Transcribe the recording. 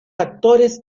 actores